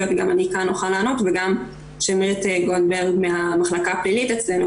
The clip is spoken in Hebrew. גם אני כאן אוכל לענות וגם שמרית גולדברג מהמחלקה הפלילית אצלנו